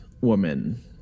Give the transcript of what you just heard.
woman